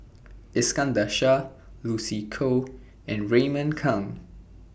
Iskandar Shah Lucy Koh and Raymond Kang